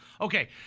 Okay